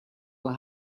will